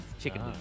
Chicken